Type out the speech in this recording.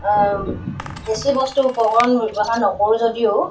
বেছি বস্তু উপকৰণ ব্যৱহাৰ নকৰোঁ যদিও